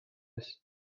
ist